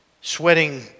sweating